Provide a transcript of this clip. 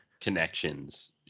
connections